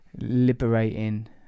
liberating